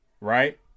right